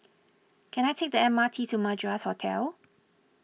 can I take the M R T to Madras Hotel